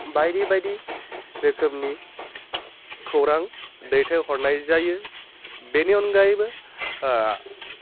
बायदि बायदि रोखोमनि खौरां दैथायहरनाय जायो बेनि अनगायैबो